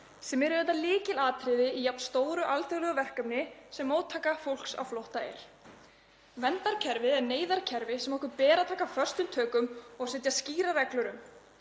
sem er auðvitað lykilatriði í jafn stóru alþjóðlegu verkefni og móttaka fólks á flótta er. Verndarkerfið er neyðarkerfi sem okkur ber að taka föstum tökum og setja skýrar reglur um